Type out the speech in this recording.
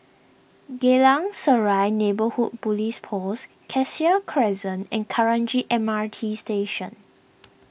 Geylang Serai Neighbourhood Police Post Cassia Crescent and Kranji M R T Station